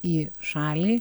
į šalį